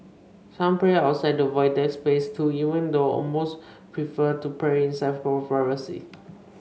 some pray outside the Void Deck space too even though most prefer to pray inside for privacy